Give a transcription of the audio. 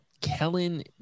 Kellen